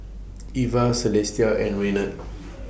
Ivah Celestia and Renard